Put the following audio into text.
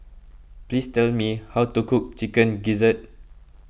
please tell me how to cook Chicken Gizzard